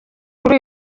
kuri